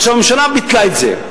עכשיו הממשלה ביטלה את זה.